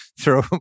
throw